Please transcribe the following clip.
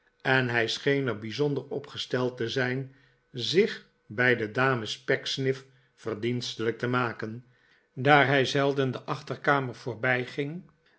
en hij scheen er bijzonder op gesteld te zijn zich bij de dames pecksniff verdienstelijk te maken daar hij zelden de achterkamer